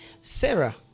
Sarah